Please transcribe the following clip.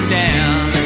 down